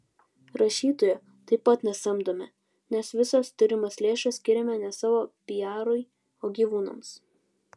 rašytojo taip pat nesamdome nes visas turimas lėšas skiriame ne savo piarui o gyvūnams